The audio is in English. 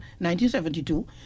1972